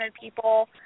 people